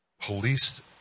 police